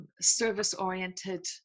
service-oriented